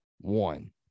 one